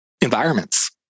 environments